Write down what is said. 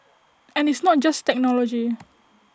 and it's not just technology